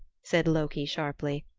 said loki sharply,